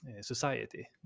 society